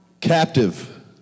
captive